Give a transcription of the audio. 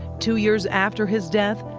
two years after his death,